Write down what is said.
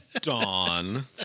Dawn